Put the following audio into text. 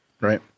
Right